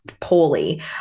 poorly